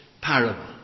parable